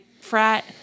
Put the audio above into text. frat